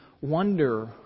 wonder